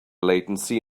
latency